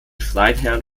freiherren